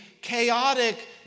chaotic